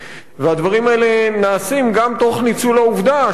הדברים האלה נעשים גם תוך ניצול העובדה שכן,